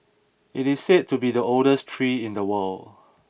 it is said to be the oldest tree in the world